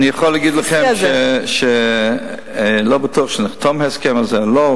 אני יכול להגיד לכם שלא בטוח שנחתום הסכם על זה או לא,